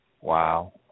Wow